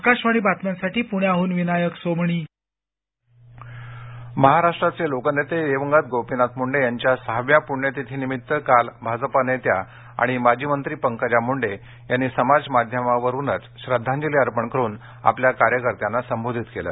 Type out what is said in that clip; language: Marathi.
आकाशवाणी बातम्यांसाठी पुण्याहून विनायक सोमणी मुंडे महाराष्ट्राचे लोकनेते दिवंगत गोपीनाथ मुंडे यांच्या सहाव्या पुण्यतिथीनिमित्त काल भाजपा नेत्या आणि माजी मंत्री पंकजा मुंडे यांनी समाजमाध्यमावरूनच श्रद्धांजली अर्पण करून आपल्या कार्यकर्त्यांना संबोधित केलं